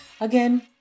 Again